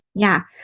yeah.